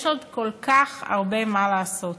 יש עוד כל כך הרבה מה לעשות.